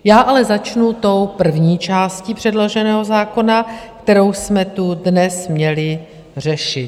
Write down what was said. Já ale začnu první částí předloženého zákona, kterou jsme tu dnes měli řešit.